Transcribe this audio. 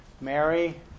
Mary